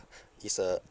is a